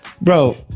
bro